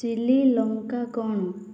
chilli ଲଙ୍କା କ'ଣ